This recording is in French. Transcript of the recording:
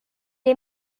est